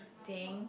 dang